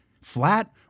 flat